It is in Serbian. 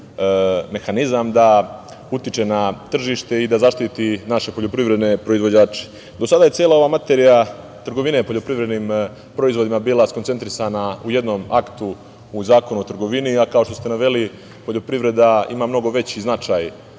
mehanizam da utiče na tržište i da zaštiti naše poljoprivredne proizvođače. Do sada je cela ova materija trgovine poljoprivrednim proizvodima bila skoncentrisana u jednom aktu, u Zakonu o trgovini, a kao što ste naveli poljoprivreda ima mnogo veći značaj